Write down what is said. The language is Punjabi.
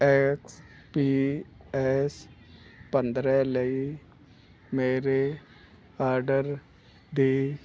ਐਕਸਪੀਐਸ ਪੰਦਰਾਂ ਲਈ ਮੇਰੇ ਆਰਡਰ ਦੀ